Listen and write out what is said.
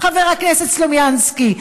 חבר הכנסת סלומינסקי,